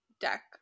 deck